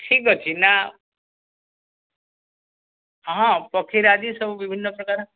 ଠିକ୍ ଅଛି ନା ହଁ ପକ୍ଷୀରାଜି ସବୁ ବିଭିନ୍ନପ୍ରକାର